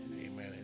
amen